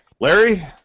Larry